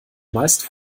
meist